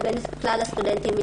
לבין כלל הסטודנטים,